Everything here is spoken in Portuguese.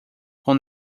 com